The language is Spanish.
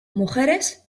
mujeres